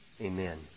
Amen